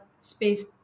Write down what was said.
space